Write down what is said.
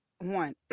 one